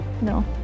no